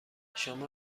شما